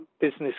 business